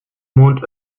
mond